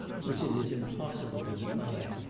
which it is impossible to define,